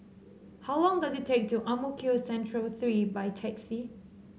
how long does it take to Ang Mo Kio Central Three by taxi